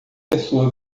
pessoa